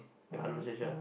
you are hundred percent sure